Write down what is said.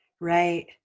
right